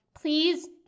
Please